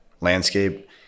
landscape